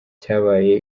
cyabaye